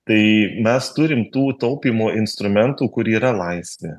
tai mes turim tų taupymo instrumentų kur yra laisvė